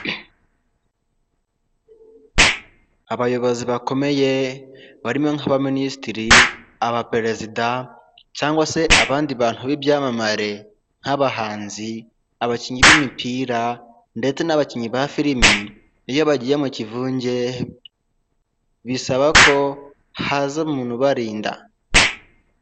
Abayobozi bakomeye barimo nk'abaminisitiri, abaperezida cyangwa se abandi bantu b'ibyamamare nk'abahanzi, abakinnyi b'imipira ndetse n'abakinnyi ba filimi iyo bagiye mu kivunge bisaba ko haza umuntu ubarinda.